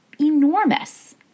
enormous